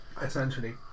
essentially